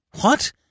What